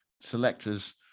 selectors